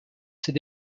ces